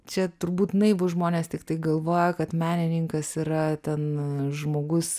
čia turbūt naivūs žmonės tiktai galvoja kad menininkas yra ten žmogus